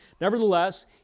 nevertheless